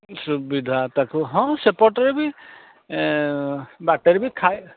ସୁବିଧା ତାକୁ ହଁ ସେପଟରେ ବି ବାଟରେ ବି ଥାଏ